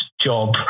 job